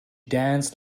danced